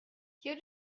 you